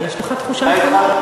יש לך תחושה נכונה.